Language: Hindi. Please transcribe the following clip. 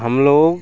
हम लोग